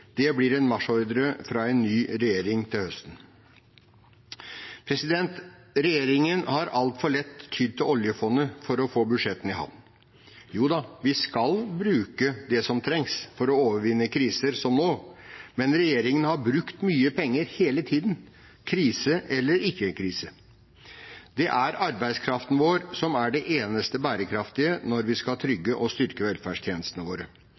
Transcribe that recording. fra en ny regjering til høsten. Regjeringen har altfor lett tydd til oljefondet for å få budsjettene i havn. Vi skal bruke det som trengs for å overvinne kriser, som nå, men regjeringen har brukt mye penger hele tiden, krise eller ikke krise. Det er arbeidskraften vår som er det eneste bærekraftige når vi skal trygge og styrke velferdstjenestene våre.